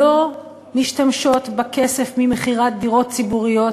לא משתמשות בכסף ממכירת דירות ציבוריות